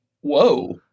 Whoa